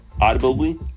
Audibly